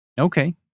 Okay